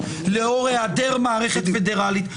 לאור היעדר מערכת פדרלית,